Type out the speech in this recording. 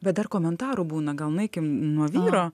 bet dar komentarų būna gal nueikim nuo vyro